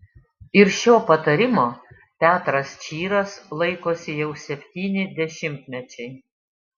ir šio patarimo petras čyras laikosi jau septyni dešimtmečiai